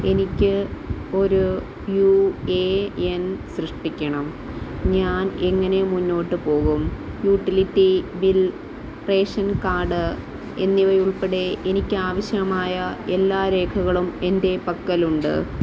എനിക്ക് ഒരു U A N സൃഷ്ടിക്കണം ഞാൻ എങ്ങനെ മുന്നോട്ട് പോകും യൂട്ടിലിറ്റി ബിൽ റേഷൻ കാഡ് എന്നിവയുൾപ്പെടെ എനിക്ക് ആവശ്യമായ എല്ലാ രേഖകളും എന്റെ പക്കലുണ്ട്